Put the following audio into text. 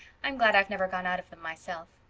i'm glad i've never gone out of them myself.